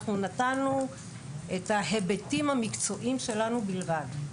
אנחנו נתנו את ההיבטים המקצועיים שלנו בלבד.